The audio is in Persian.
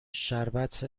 شربت